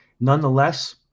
Nonetheless